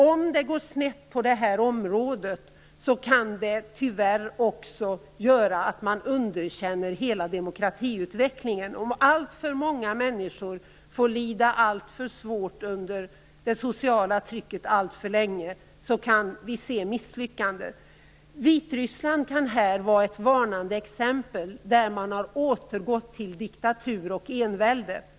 Om det går snett på detta område kan det tyvärr göra att hela demokratiutvecklingen underkänns. Om alltför många människor får lida alltför svårt under det sociala trycket alltför länge kan vi se misslyckanden. Vitryssland kan här vara ett varnande exempel. Där har man återgått till diktatur och envälde.